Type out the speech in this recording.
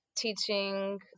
teaching